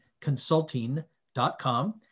Consulting.com